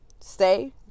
stay